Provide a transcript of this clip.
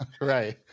right